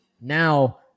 now